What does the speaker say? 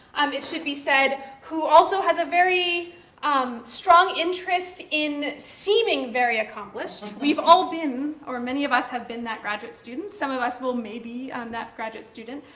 um it should be said, who also has a very um strong interest in seeming very accomplished, we've all been, or many of us have been that graduate student. some of us may be um that graduate student.